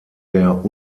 der